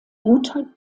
guter